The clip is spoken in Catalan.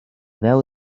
veu